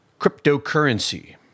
cryptocurrency